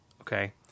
okay